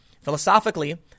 Philosophically